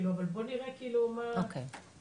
אבל בואו נראה כאילו מה הבאתם,